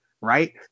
Right